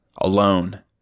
Alone